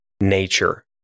nature